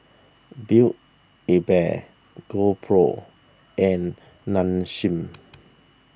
Build A Bear GoPro and Nong Shim